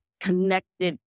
connected